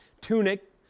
tunic